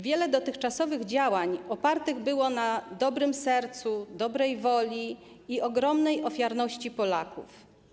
Wiele dotychczasowych działań opartych było na dobrym sercu, dobrej woli i ogromnej ofiarności Polaków.